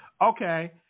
Okay